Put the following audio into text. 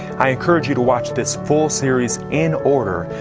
i encourage you to watch this full series, in order,